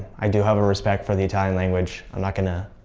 i do have a respect for the italian language. i'm not gonna.